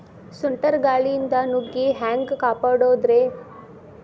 ಸುಂಟರ್ ಗಾಳಿಯಿಂದ ನುಗ್ಗಿ ಹ್ಯಾಂಗ ಕಾಪಡೊದ್ರೇ?